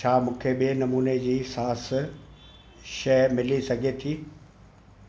छा मूंखे ॿिए नमूने जी सॉस शइ मिली सघे थी